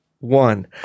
one